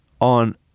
on